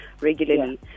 regularly